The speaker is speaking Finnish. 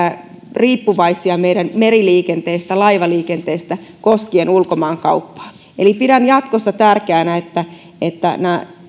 riippuvaisia meriliikenteestä ja laivaliikenteestä koskien ulkomaankauppaa eli pidän jatkossa tärkeänä että että